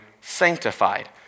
sanctified